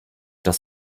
das